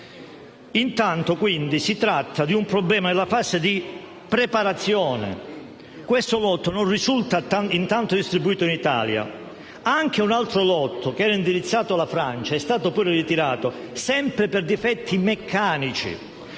tratta quindi di un problema sorto nella fase di preparazione. Questo lotto non risulta distribuito in Italia ed anche un altro lotto che era indirizzato alla Francia è stato ritirato sempre per difetti meccanici.